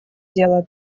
дело